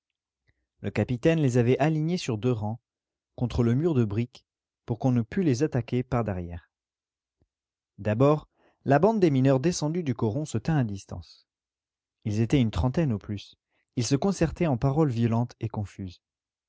le capitaine les avait alignés sur deux rangs contre le mur de briques pour qu'on ne pût les attaquer par-derrière d'abord la bande des mineurs descendue du coron se tint à distance ils étaient une trentaine au plus ils se concertaient en paroles violentes et confuses